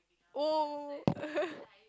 oh